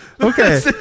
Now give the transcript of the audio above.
okay